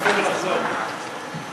להספיק לשתות קפה ולחזור.